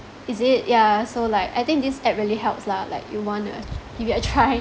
is it ya so like I think this app really helps lah like you want to give it a try